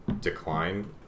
decline